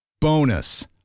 Bonus